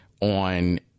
on